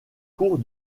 cours